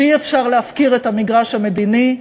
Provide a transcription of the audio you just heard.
שאי-אפשר להפקיר את המגרש המדיני,